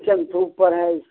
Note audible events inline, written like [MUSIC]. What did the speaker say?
kitchen [UNINTELLIGIBLE] है